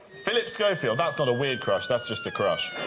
phillip schofield, that's not a weird crush, that's just a crush.